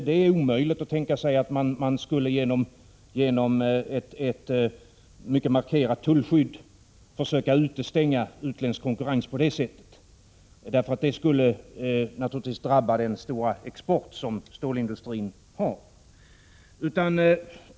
Det är omöjligt att tänka sig att vi genom ett mycket markerat tullskydd skulle försöka utestänga utländsk konkurrens på det sättet. Det skulle naturligtvis drabba stålindustrins stora export.